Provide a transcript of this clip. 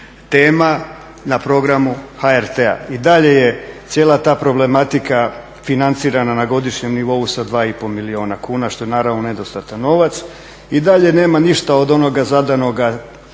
tema na programu HRT-a. I dalje je cijela ta problematika financirana na godišnjem nivou sa 2,5 milijuna kuna što je naravno nedostatan novac. I dalje nema ništa od onoga zadanoga